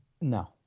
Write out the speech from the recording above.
No